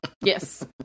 Yes